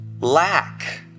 lack